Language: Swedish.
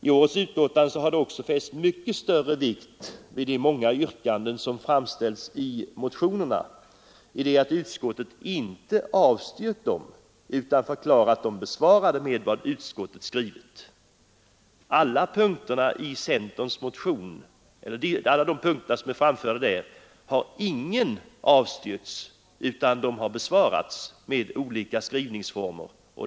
I årets betänkande har också mycket större vikt fästs vid de många yrkanden som framställts i motionerna, i det att utskottet inte avstyrkt dem utan föreslagit att de skall anses besvarade med vad utskottet skrivit. Av alla de punkter som är framförda i centerns motion har ingen avstyrkts, utan de har besvarats med olika skrivningsformer.